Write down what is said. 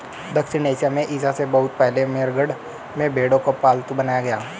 दक्षिण एशिया में ईसा से बहुत पहले मेहरगढ़ में भेंड़ों को पालतू बनाया गया